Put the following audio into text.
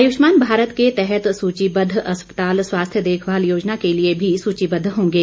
आयुष्मान भारत के तहत सूचीबद्ध अस्पताल स्वास्थ्य देखभाल योजना के लिए भी सूचीबद्ध होंगे